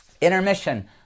Intermission